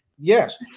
Yes